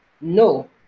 No